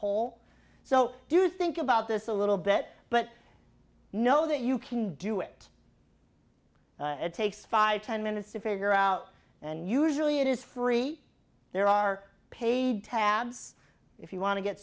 whole so do you think about this a little bit but know that you can do it it takes five ten minutes to figure out and usually it is free there are paid tabs if you want to get